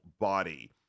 body